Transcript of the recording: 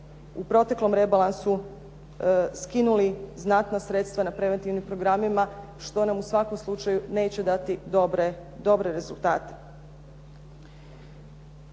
u proteklom rebalansu skinuli znatna sredstva na preventivnim programima što nam u svakom slučaju neće dati dobre rezultate.